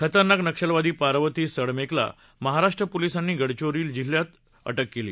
खतरनाक नक्षलवादी पार्वती सडमेकला महाराष्ट्र पोलीसांनी गडचिरोली जिल्ह्यात अटक केली